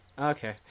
Okay